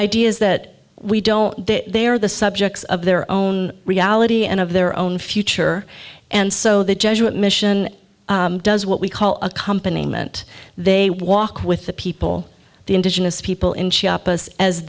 idea is that we don't they are the subjects of their own reality and of their own future and so the jesuit mission does what we call a company meant they walk with the people the indigenous people in chiapas as